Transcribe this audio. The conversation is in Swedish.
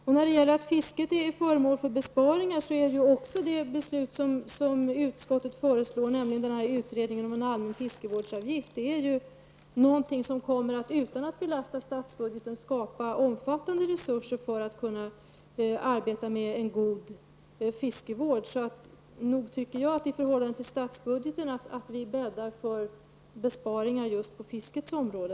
Utskottets förslag till beslut om en allmän fiskevårdsavgift ligger i linje med att även fisket måste bli föremål för besparingar. En fiskevårdsavgift kommer, utan att på något sätt belasta statsbudgeten, att skapa omfattande resurser för en god fiskevård. Nog tycker jag att vi i förhållande till statsbudgeten bäddar för besparingar just på fiskets område.